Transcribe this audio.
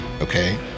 Okay